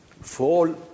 Fall